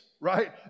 right